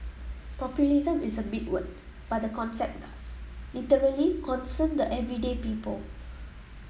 populism is a big word but the concept does literally concern the everyday people